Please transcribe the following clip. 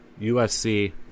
USC